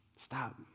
Stop